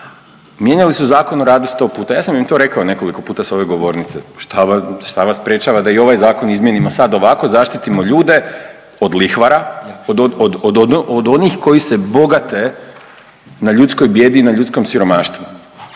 Mijenjali su Zakon o radu 100 puta, ja sam im to rekao nekoliko puta s ove govornice. Šta vas sprječava da i ovaj zakon izmijenimo sad ovako, zaštitimo ljude od lihvara, od onih koji se bogate na ljudskoj bijedi i na ljudskom siromaštvu.